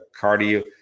cardio